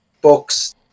books